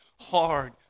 hard